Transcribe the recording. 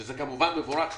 שזה כמובן מבורך שיקבלו.